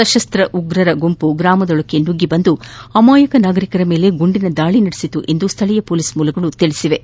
ಸಶಸ್ತ್ವ ಉಗ್ರರ ಗುಂಪು ಗ್ರಾಮದೊಳಗೆ ನುಗ್ಗಿ ಅಮಾಯಕ ನಾಗರಿಕರ ಮೇಲೆ ಗುಂಡಿನ ದಾಳಿ ನಡೆಸಿತು ಎಂದು ಸ್ವಳೀಯ ಪೊಲೀಸ್ ಮೂಲಗಳು ತಿಳಿಸಿವೆ